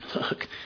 look